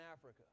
Africa